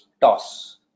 toss